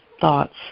thoughts